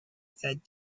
said